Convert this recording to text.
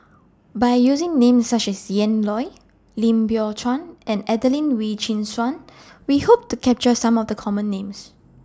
By using Names such as Ian Loy Lim Biow Chuan and Adelene Wee Chin Suan We Hope to capture Some of The Common Names